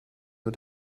nur